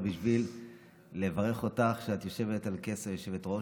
זה בשביל לברך אותך שאת יושבת על כס היושבת-ראש.